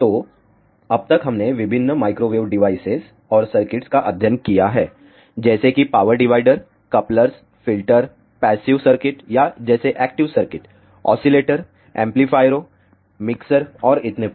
तो अब तक हमने विभिन्न माइक्रोवेव डिवाइसेज और सर्किट्स का अध्ययन किया है जैसे कि power divider couplers filter passive circuit या जैसे एक्टिव सर्किट ओसीलेटर एम्पलीफायरों मिक्सर और इतने पर